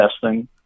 testing